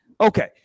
Okay